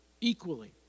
equally